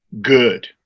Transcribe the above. good